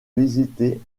visitée